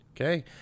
Okay